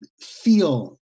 feel